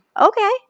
Okay